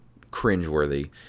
cringeworthy